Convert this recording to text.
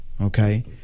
okay